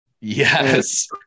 Yes